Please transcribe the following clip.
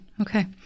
Okay